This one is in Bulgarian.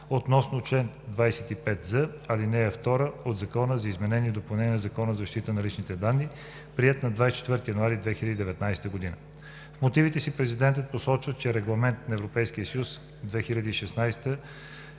относно чл. 25з, ал. 2 от Закона за изменение и допълнение на Закона за защита на личните данни, приет на 24 януари 2019 г. В мотивите си президентът посочва, че Регламент (ЕС) 2016/679 на